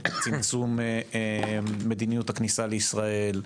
צמצום מדיניות הכניסה לישראל,